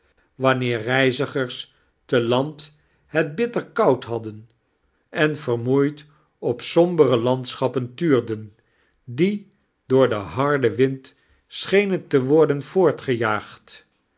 wanaeer reilzigers te laiad het bitter koud haddea ea vermoeid op sombere chaeles dickens landschappen tutu-den die door den harden wind schenen te worden